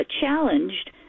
challenged